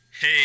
Hey